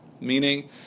Meaning